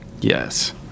Yes